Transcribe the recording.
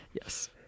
Yes